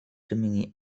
gemini